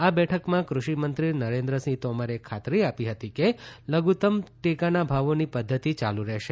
આ બેઠકમાં કૃષિમંત્રી નરેન્દ્રસિંહ તોમરે ખાતરી આપી હતી કે લધુત્તમ ટેકાના ભાવોની પદ્ધતિ ચાલુ રહેશે